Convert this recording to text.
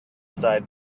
side